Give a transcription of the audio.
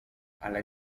ale